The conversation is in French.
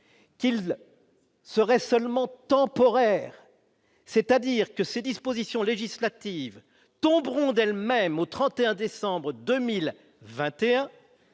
qu'il serait seulement temporaire, c'est-à-dire que ces dispositions législatives tomberont d'elles-mêmes au 31 décembre 2021,